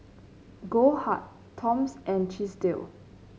Goldheart Toms and Chesdale